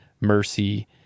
mercy